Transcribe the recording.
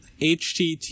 HTTP